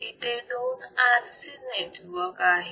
इथे दोन RC network आहेत